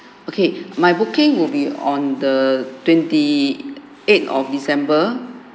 okay my booking will be on the twenty eight of december